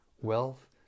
wealth